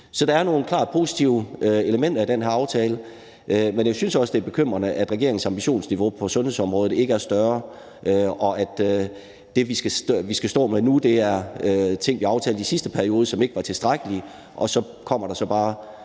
Så der er nogle klart positive elementer i denne aftale, men jeg synes også, det er bekymrende, at regeringens ambitionsniveau på sundhedsområdet ikke er større, og at det, vi skal stå med nu, er ting, vi aftalte i sidste periode, og som ikke var tilstrækkelige, og så kommer der så bare